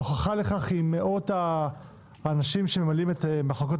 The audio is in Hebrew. ההוכחה לכך היא מאות האנשים שממלאים את מחלקות